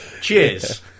cheers